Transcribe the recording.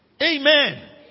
Amen